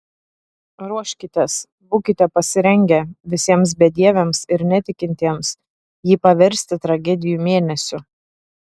ruoškitės būkite pasirengę visiems bedieviams ir netikintiems jį paversti tragedijų mėnesiu